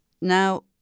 Now